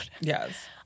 Yes